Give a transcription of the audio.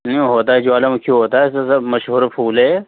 نہیں ہوتا ہے جوالا مکھی ہوتا ہے مشہور پھول ہے